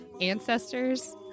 ancestors